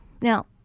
Now